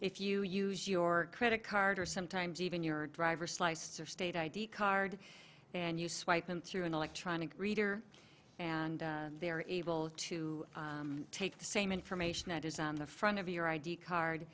if you use your credit card or sometimes even your driver's license or state id card and you swipe and through an electronic reader and they are able to take the same information that is on the front of your id card